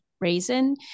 reason